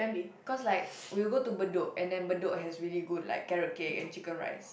cause like we will go to Bedok and then Bedok has really good like carrot cake and chicken rice